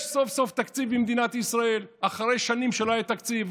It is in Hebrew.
יש סוף-סוף תקציב למדינת ישראל אחרי שנים שלא היה תקציב.